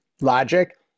Logic